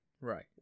Right